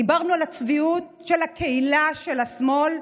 דיברנו על הצביעות של הקהילה של השמאל,